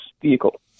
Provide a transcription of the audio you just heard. vehicle